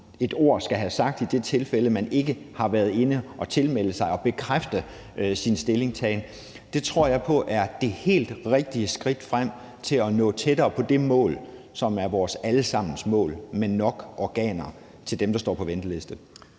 et ord at skulle have sagt i det tilfælde, at man ikke har været inde og tilmelde sig og bekræfte sin stillingtagen, er det helt rigtige skridt frem til at nå tættere på det mål, som er vores alle sammens mål, nemlig at der skal være nok organer til dem, der står på venteliste.